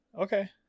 Okay